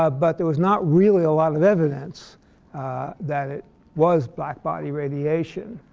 ah but there was not really a lot of evidence that it was black-body radiation.